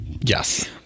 yes